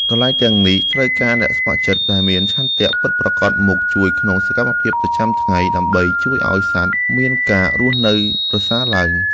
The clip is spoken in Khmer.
កន្លែងទាំងនេះត្រូវការអ្នកស្ម័គ្រចិត្តដែលមានឆន្ទៈពិតប្រាកដមកជួយក្នុងសកម្មភាពប្រចាំថ្ងៃ ដើម្បីជួយឱ្យសត្វមានការរស់នៅប្រសើរឡើង។